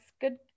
Good